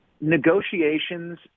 negotiations